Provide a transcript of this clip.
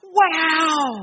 wow